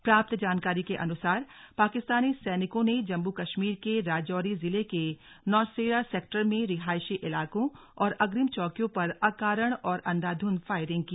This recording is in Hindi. प्राप्त जानकारी के अनुसार पाकिस्तानी सैनिकों ने जम्मू कश्मीर के राजौरी जिले के नौशेरा सेक्टर में रिहायशी इलाकों और अग्रिम चौकियों पर अकारण और अंधाधुध फायरिंग की